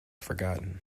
forgotten